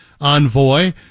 envoy